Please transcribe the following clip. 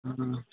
हँ हँ